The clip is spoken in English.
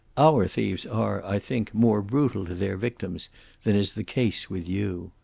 our thieves are, i think, more brutal to their victims than is the case with you.